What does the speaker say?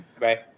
Bye